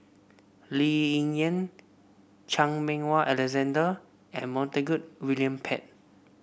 Lee Ying Yen Chan Meng Wah Alexander and Montague William Pett